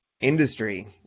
industry